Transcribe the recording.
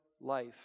life